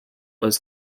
was